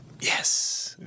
Yes